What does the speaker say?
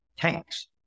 tanks